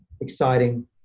exciting